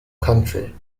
country